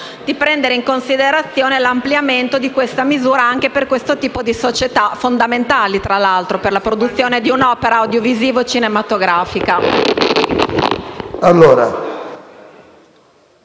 di prendere in considerazione l’estensione di questa misura anche a questo tipo di società, fondamentali per la produzione di un’opera audiovisiva e cinematografica.